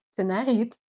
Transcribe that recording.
Tonight